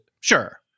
Sure